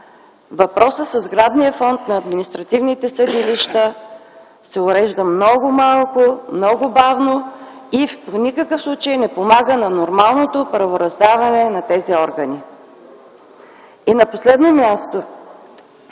въпросът със сградния фонд на административните съдилища се урежда много малко, много бавно и в никакъв случай не помага на нормалното правораздаване на тези органи. На последно място,